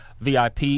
vip